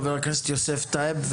חבר הכנסת יוסף טייב,